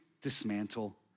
dismantle